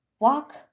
Walk